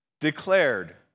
declared